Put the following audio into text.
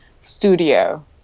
studio